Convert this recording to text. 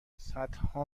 صدها